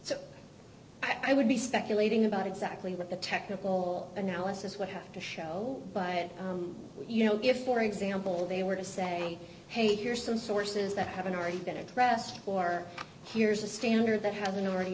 so i would be speculating about exactly what the technical analysis would have to show but you know if for example they were to say hey here's some sources that haven't are going to rest or here's a standard that hasn't already